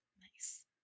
Nice